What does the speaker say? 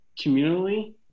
communally